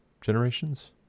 generations